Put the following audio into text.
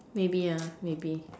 maybe ah maybe